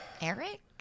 Eric